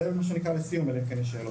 זה לסיום, אלא אם כן יש שאלות.